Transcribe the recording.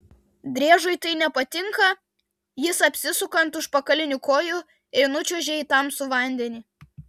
driežui tai nepatinka jis apsisuka ant užpakalinių kojų ir nučiuožia į tamsų vandenį